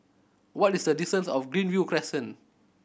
what is the distance of Greenview Crescent